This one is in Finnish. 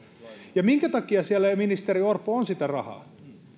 ja minkä takia siellä ministeri orpo on sitä rahaa